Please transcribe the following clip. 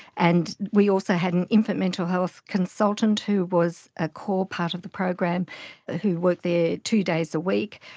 and we also had an infant mental health consultant who was a core part of the program who worked there two days a week.